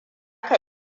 ka